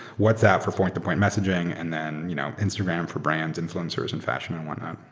whatsapp for point-to-point messaging, and then you know instagram for brands influencers and fashion and whatnot.